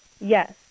Yes